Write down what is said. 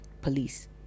police